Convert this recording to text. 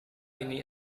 ini